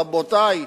רבותי,